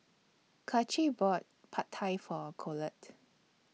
Kacie bought Pad Thai For Colette